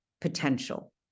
potential